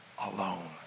alone